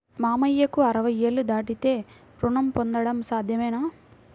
మామయ్యకు అరవై ఏళ్లు దాటితే రుణం పొందడం సాధ్యమేనా?